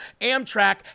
Amtrak